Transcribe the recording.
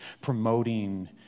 promoting